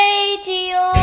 Radio